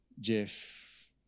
Jeff